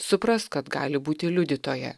supras kad gali būti liudytoja